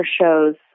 shows